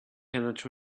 cannot